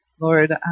Lord